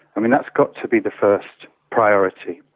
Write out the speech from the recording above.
um and that's got to be the first priority,